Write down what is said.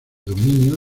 dominio